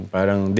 Parang